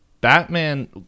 Batman